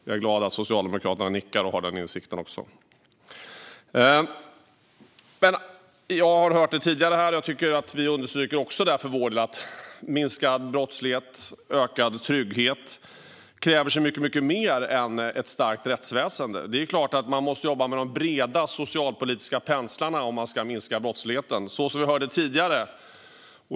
Jag är glad över att socialdemokraterna här nickar och har samma insikt. Vi har tidigare hört här att minskad brottslighet och ökad trygghet kräver mycket mer än ett starkt rättsväsen. Det är något även jag vill understryka. Man måste såklart jobba med de breda socialpolitiska penslarna om man ska minska brottsligheten, så som vi hörde tidigare.